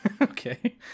Okay